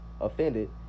offended